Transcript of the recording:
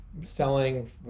selling